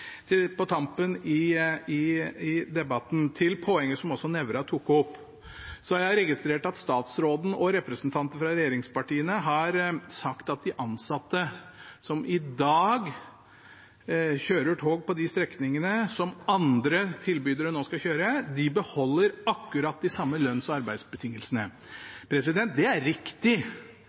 Helt på tampen i debatten – til poenget som også representanten Nævra tok opp: Jeg har registrert at statsråden og representantene fra regjeringspartiene har sagt at de ansatte som i dag kjører tog på de strekningene som andre tilbydere nå skal kjøre, beholder akkurat de samme lønns- og arbeidsbetingelsene. Det er riktig.